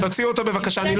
צא, בבקשה.